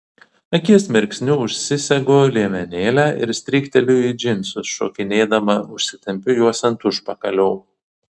akies mirksniu užsisegu liemenėlę ir strykteliu į džinsus šokinėdama užsitempiu juos ant užpakalio